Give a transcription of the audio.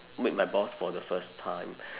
meet my boss for the first time